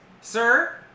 Sir